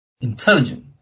intelligent